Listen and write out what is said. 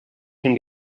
can